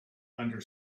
under